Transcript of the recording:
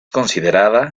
considerada